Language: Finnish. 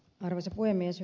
arvoisa puhemies